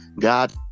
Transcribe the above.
God